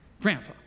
Grandpa